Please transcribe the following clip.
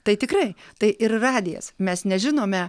tai tikrai tai ir radijas mes nežinome